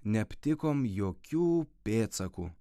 neaptikom jokių pėdsakų